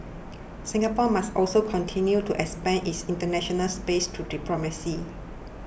Singapore must also continue to expand its international space through diplomacy